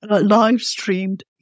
live-streamed